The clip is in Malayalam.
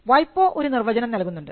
വൈപോ ഒരു നിർവചനം നൽകുന്നുണ്ട്